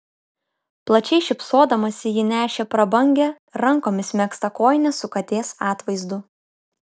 plačiai šypsodamasi ji nešė prabangią rankomis megztą kojinę su katės atvaizdu